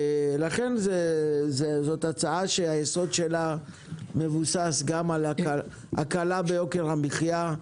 לכן זאת הצעה שהיסוד שלה מבוסס גם על הקלה ביוקר המחייה,